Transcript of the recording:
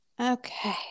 Okay